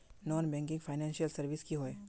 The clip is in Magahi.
नॉन बैंकिंग फाइनेंशियल सर्विसेज की होय?